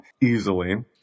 easily